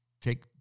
take